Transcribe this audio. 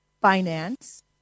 finance